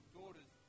daughters